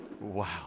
Wow